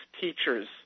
teachers